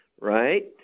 Right